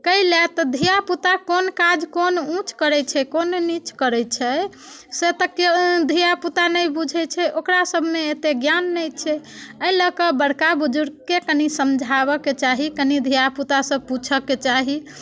कैले तऽ धियापुता कोन काज कोन ऊँच करैत छै कोन नीँच करैत छै से तऽ के धियापुता नहि बुझैत छै ओकरा सभमे एतेक ज्ञान नहि छै एहि लऽ कऽ बड़का बुजुर्गकेँ कनि समझाबयके चाही कनि धियापुतासँ पूछयके चाही